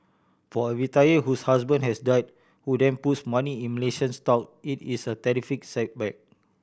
for a retiree whose husband has died who then puts money in Malaysian stock it is a terrific setback